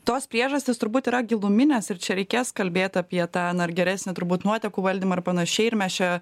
tos priežastys turbūt yra giluminės ir čia reikės kalbėt apie tą na ir geresnį turbūt nuotekų valdymą ir panašiai ir mes čia